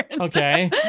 Okay